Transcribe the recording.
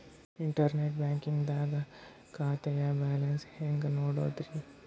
Internet banking ದಾಗ ಖಾತೆಯ balance ನ ಹೆಂಗ್ ನೋಡುದ್ರಿ?